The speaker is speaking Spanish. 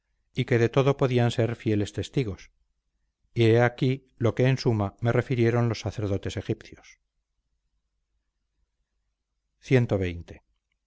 y que de todo podían ser fieles testigos y he aquí lo que en suma me refirieron los sacerdotes egipcios